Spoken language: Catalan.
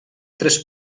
tres